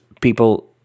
people